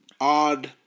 Odd